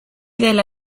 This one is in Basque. dela